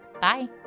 Bye